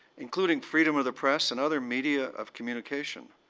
including freedom of the press and other media of communication.